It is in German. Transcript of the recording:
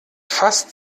fast